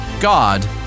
God